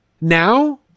now